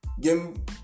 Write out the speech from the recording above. game